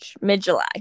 mid-July